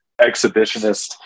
exhibitionist